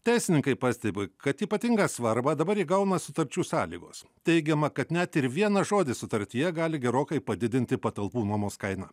teisininkai pastebi kad ypatingą svarbą dabar įgauna sutarčių sąlygos teigiama kad net ir vienas žodis sutartyje gali gerokai padidinti patalpų nuomos kainą